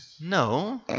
No